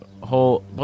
whole